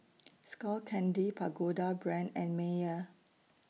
Skull Candy Pagoda Brand and Mayer